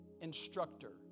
Instructor